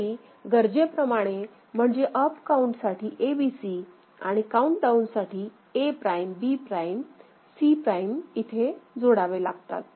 आणि गरजेप्रमाणे म्हणजे काउंट अप साठी ABC आणि काउन्ट डाउन साठी A prime B prime C prime इथे जोडावे लागतील